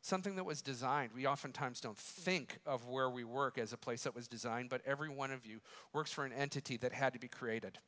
something that was designed we oftentimes don't think of where we work as a place that was designed but every one of you works for an entity that had to be created